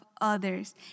others